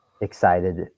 excited